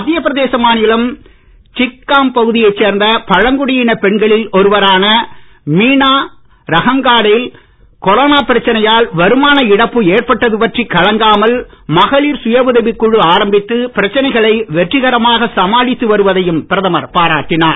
மத்திய பிரதேச மாநிலம் சிச்காம் பகுதியைச் சேர்ந்த பழங்குடியினப் பெண்களில் ஒருவரான மீனா ரஹங்காடேல் கொரோனா பிரச்சனையால் வருமான இழப்பு ஏற்பட்டது பற்றிக் கலங்காமல் மகளிர் சுய உதவி குழு ஆரம்பித்து பிரச்சனைகளை வெற்றிகரமாக சமாளித்து வருவதையும் பிரதமர் பாராட்டினார்